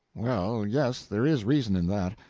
well yes, there is reason in that.